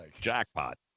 Jackpot